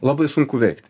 labai sunku veikt